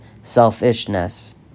selfishness